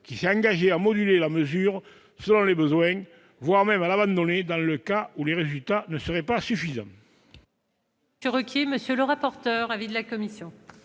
lequel s'est engagé à moduler la mesure selon les besoins, voire à l'abandonner dans le cas où les résultats ne seraient pas suffisants.